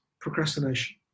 procrastination